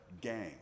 gang